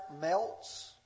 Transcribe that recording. melts